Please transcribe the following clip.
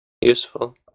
useful